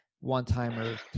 one-timer